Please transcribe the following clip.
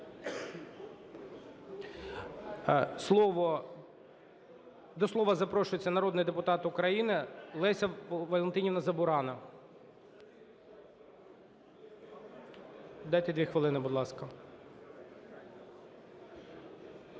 До слова запрошується народний депутат України Леся Валентинівна Забуранна. Дайте 2 хвилини, будь ласка.